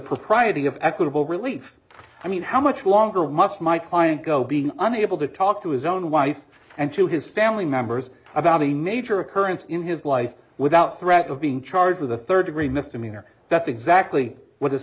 propriety of equitable relief i mean how much longer must my client go being unable to talk to his own wife and to his family members about a major occurrence in his life without threat of being charged with a third degree misdemeanor that's exactly what has